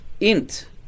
int